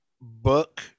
book